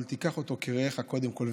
אבל תיקח אותו כרעך קודם כול.